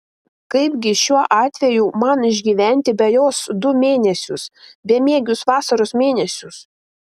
kaipgi šiuo atveju man išgyventi be jos du mėnesius bemiegius vasaros mėnesius